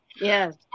Yes